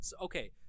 Okay